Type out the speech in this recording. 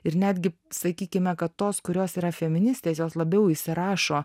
ir netgi sakykime kad tos kurios yra feministės jos labiau įsirašo